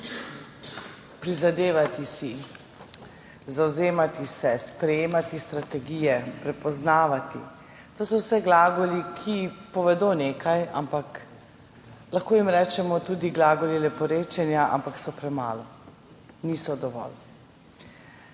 Prizadevati si, zavzemati se, sprejemati strategije, prepoznavati – to so vse glagoli, ki povedo nekaj, ampak lahko jim rečemo tudi glagoli leporečenja. So premalo, niso dovolj.